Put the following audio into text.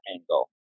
angle